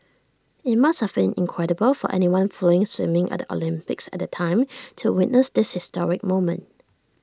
IT must have been incredible for anyone following swimming at the Olympics at the time to witness this historic moment